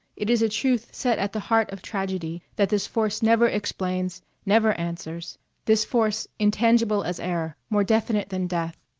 it is a truth set at the heart of tragedy that this force never explains, never answers this force intangible as air, more definite than death.